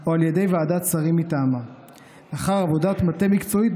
או על ידי ועדת שרים מטעמה לאחר עבודת מטה מקצועית,